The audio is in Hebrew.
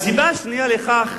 הסיבה השנייה לכך